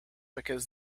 because